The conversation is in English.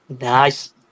Nice